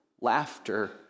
laughter